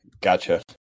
Gotcha